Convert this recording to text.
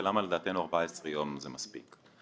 ולמה לדעתנו 14 יום זה מספיק.